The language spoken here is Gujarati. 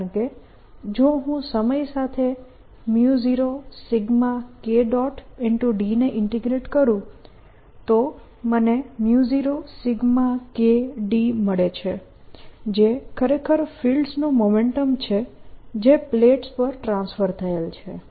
કારણકે જો હું સમય સાથે 0 K d ને ઇન્ટીગ્રેટ કરું તો મને 0 K d મળે છે જે ખરેખર ફિલ્ડ્સનું મોમેન્ટમ છે જે પ્લેટો પર ટ્રાન્સફર થયેલ છે